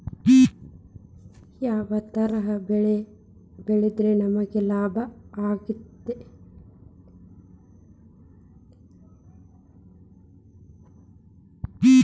ಯಾವ ತರ ಬೆಳಿ ಬೆಳೆದ್ರ ನಮ್ಗ ಲಾಭ ಆಕ್ಕೆತಿ?